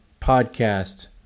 podcast